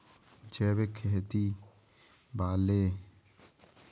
जैविक खेती वाली फसलों का बाज़ार मूल्य अधिक होता है